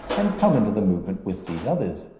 and come into the movement with these others.